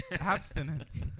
Abstinence